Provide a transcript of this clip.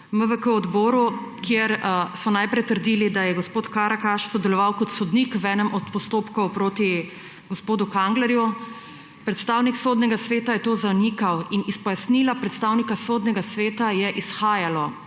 na MVK odboru, kjer so najprej trdili, da je gospod Karakaš sodeloval kot sodnik v enem od postopkov proti gospodu Kanglerju. Predstavnik Sodnega sveta je to zanikal in iz pojasnila predstavnika Sodnega sveta je izhajalo,